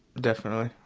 definitely,